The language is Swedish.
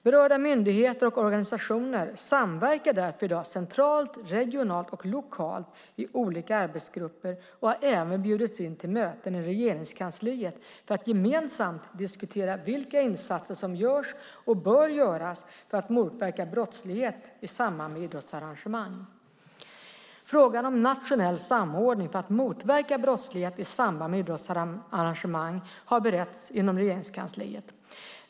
Berörda myndigheter och organisationer samverkar därför i dag centralt, regionalt och lokalt i olika arbetsgrupper och har även bjudits in till möten i Regeringskansliet för att gemensamt diskutera vilka insatser som görs och bör göras för att motverka brottslighet i samband med idrottsarrangemang. Frågan om nationell samordning för att motverka brottslighet i samband med idrottsarrangemang har beretts inom Regeringskansliet.